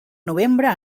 novembre